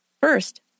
First